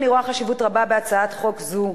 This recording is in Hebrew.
אני רואה חשיבות רבה בהצעת חוק זו,